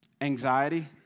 anxiety